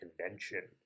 convention